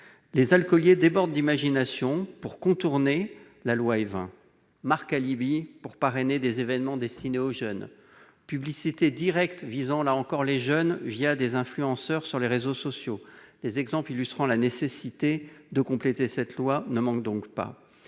Les alcooliers débordent d'imagination pour contourner la loi Évin :« marques alibis » pour parrainer des événements destinés aux jeunes, publicité directe- toujours pour viser les jeunes -des influenceurs sur les réseaux sociaux ... Les exemples illustrant la nécessité de compléter cette loi ne manquent pas.